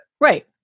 Right